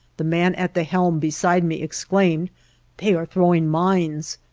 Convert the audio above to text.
the man at the helm beside me exclaimed they are throwing mines,